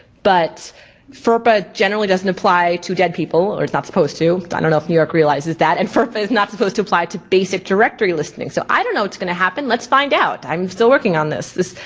but ferpa generally doesn't apply to dead people, or it's not supposed to, i don't know if new york realizes that and ferpa is not supposed to apply to basic directory listings. so i don't know what's gonna happen, let's find out. i'm still working on this.